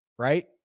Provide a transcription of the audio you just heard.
right